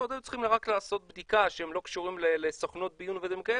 היו צריכים רק לעשות בדיקה שהם לא קשורים לסוכנות ביון ודברים כאלה,